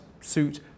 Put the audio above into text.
suit